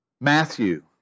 Matthew